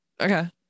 Okay